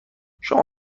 شما